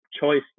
choice